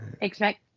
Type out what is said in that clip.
expect